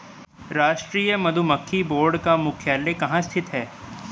राष्ट्रीय मधुमक्खी बोर्ड का मुख्यालय कहाँ स्थित है?